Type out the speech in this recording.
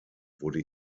wurde